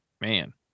man